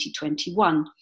2021